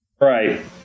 Right